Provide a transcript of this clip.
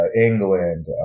England